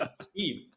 Steve